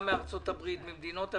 גם מארצות הברית וממדינות אמריקה,